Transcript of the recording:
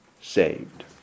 saved